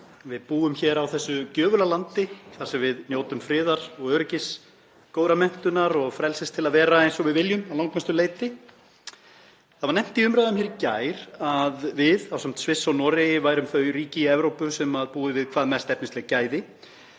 Við búum hér á þessu gjöfula landi þar sem við njótum friðar og öryggis, góðrar menntunar og frelsis til að vera eins og við viljum að langmestu leyti. Það var nefnt í umræðum hér í gær að við ásamt Sviss og Noregi værum þau ríki í Evrópu sem búa við hvað mesta efnisleg gæði.